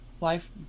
life